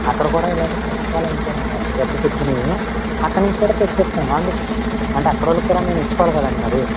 అక్కడ కూడా ఇలానే ఫ్రెష్ పాలు అమ్ముతారు అండి అప్పటికప్పుడే పితికినవి అక్కడ నుంచి కూడ తెప్పిస్తాను అందుకు అంటే అక్కడి వాళ్ళకు కూడా నేను ఇచ్చుకోవాలి అండి కదండి మరి